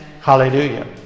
Hallelujah